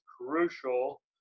crucial